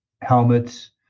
helmets